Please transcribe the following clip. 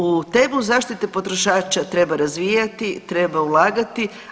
Ovu temu zaštite potrošača treba razvijati, treba ulagati.